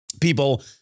people